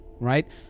right